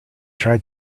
tried